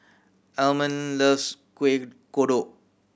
Almon loves Kuih Kodok